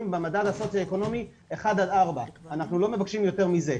במדד סוציו-אקונומי 4-1. אנחנו לא מבקשים יותר מזה,